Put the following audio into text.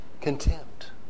contempt